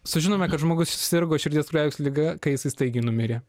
sužinome kad žmogus sirgo širdies kraujagyslių liga kai jis staigiai numirė